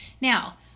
Now